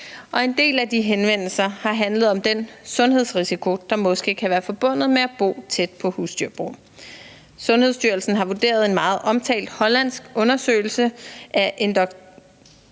En del af de henvendelser har handlet om den sundhedsrisiko, der måske kan være forbundet med at bo tæt på husdyrbrug. Sundhedsstyrelsen har vurderet en meget omtalt hollandsk undersøgelse af